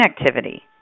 activity